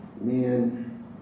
man